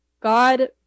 God